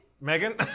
Megan